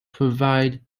provide